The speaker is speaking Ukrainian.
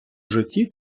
житті